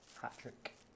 Patrick